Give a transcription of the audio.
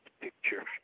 picture